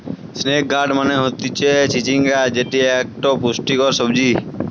snake gourd মানে হতিছে চিচিঙ্গা যেটি একটো পুষ্টিকর সবজি